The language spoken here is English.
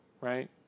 right